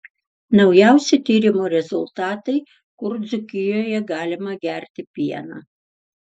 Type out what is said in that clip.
naujausi tyrimų rezultatai kur dzūkijoje galima gerti pieną